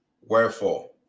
wherefore